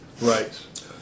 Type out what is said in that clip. Right